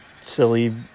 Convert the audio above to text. silly